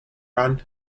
run